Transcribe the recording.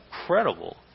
incredible